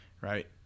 right